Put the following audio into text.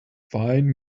find